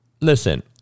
listen